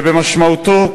במשמעותו,